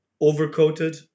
overcoated